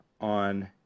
on